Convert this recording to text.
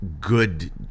good